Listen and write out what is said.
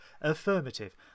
affirmative